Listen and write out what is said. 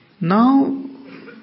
Now